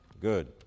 Good